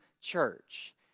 church